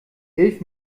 hilf